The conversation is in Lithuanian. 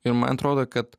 ir man itrodo kad